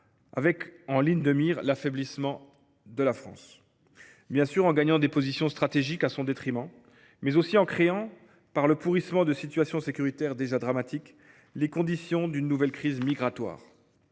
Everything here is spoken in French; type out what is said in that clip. avec, en ligne de mire, l’affaiblissement de la France – bien sûr, en gagnant des positions stratégiques à son détriment, mais aussi en créant, par le pourrissement de situations sécuritaires déjà dramatiques, les conditions d’une nouvelle crise migratoire.